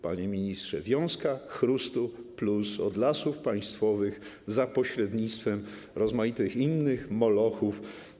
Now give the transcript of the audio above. Panie ministrze, wiązka chrustu+ od Lasów Państwowych - za pośrednictwem rozmaitych innych molochów.